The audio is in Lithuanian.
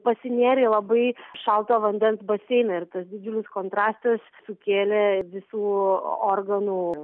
pasinėrė į labai šalto vandens baseiną ir tas didžiulis kontrastas sukėlė visų organų